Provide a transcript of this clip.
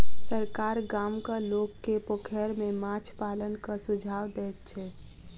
सरकार गामक लोक के पोखैर में माछ पालनक सुझाव दैत छै